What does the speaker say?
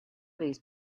these